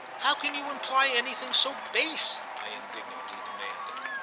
how can you imply anything so base? i indignantly demanded.